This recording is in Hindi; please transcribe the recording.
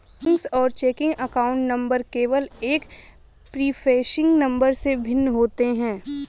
सेविंग्स और चेकिंग अकाउंट नंबर केवल एक प्रीफेसिंग नंबर से भिन्न होते हैं